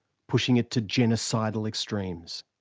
pushing it to genocidal extremes.